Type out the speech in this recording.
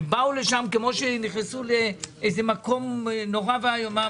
ובאו לשם כמו שנכנסו לאיזה מקום נורא ואיום.